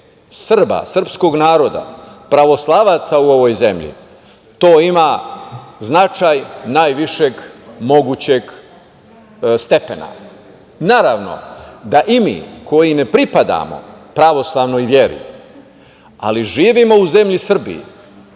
Srba, srpskog naroda, pravoslavaca u ovoj zemlji to ima značaj najvišeg mogućeg stepena. Naravno, da i mi koji ne pripadamo pravoslavno veri, ali živimo u zemlji Srbiji,